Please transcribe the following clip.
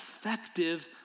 effective